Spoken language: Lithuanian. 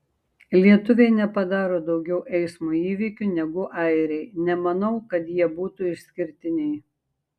lietuviai nepadaro daugiau eismo įvykių negu airiai nemanau kad jie būtų išskirtiniai